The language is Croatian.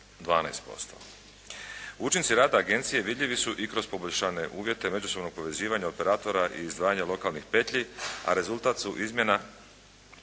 5,12%. Učinci rada agencije vidljivi su i kroz poboljšane uvjete međusobnog povezivanja operatora i izdvajanja lokalnih petlji, a rezultat su izmjena